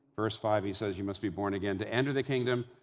verse five, he says, you must be born again to enter the kingdom.